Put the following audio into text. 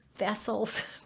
vessels